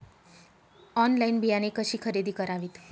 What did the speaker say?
Online बियाणे कशी खरेदी करावीत?